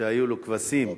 שהיו לו, כבשים,